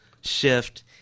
shift